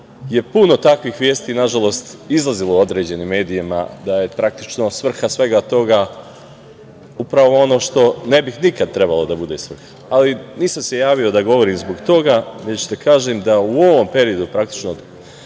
je puno takvih vesti, nažalost, izlazilo u određenim medijima, da je svrha svega toga upravo ono što ne bi nikada trebalo da bude svrha, ali nisam se javio da govorim zbog toga, već da kažem da u ovom periodu pandemije